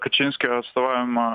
kačinskio atstovaujama